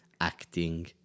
acting